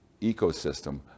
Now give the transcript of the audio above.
ecosystem